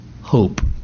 hope